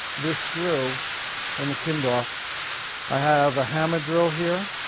this screw in the kindorf. i have a hammer drill here